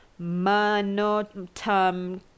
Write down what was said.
Manotam